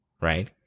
right